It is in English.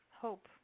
Hope